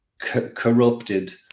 corrupted